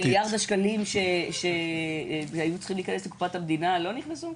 מיליארד השקלים שהיו צריכים להיכנס לקופת המדינה לא נכנסו?